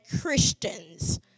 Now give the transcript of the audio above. Christians